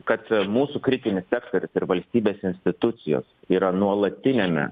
kad mūsų kritinis sektorius ir valstybės institucijos yra nuolatiniame